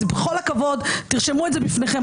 אז בכל הכבוד, תרשמו את זה בפניכם.